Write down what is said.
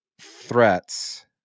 threats